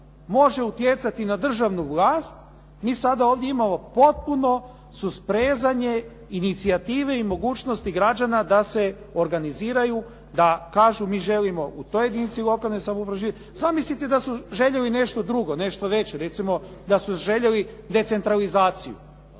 može utjecati na državnu vlast, mi sada ovdje imamo potpuno susprezanje inicijative i mogućnosti građana da se organiziraju da kažu, mi želimo u toj jedinici lokalne samouprave ../Govornik se ne razumije./…. Zamislite da su željeli nešto drugo, nešto veće, recimo da su željeli decentralizaciju,